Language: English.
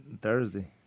Thursday